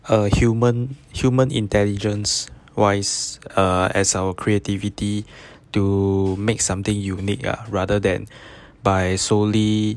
a human human intelligence wise uh as our creativity to make something unique ah rather than by solely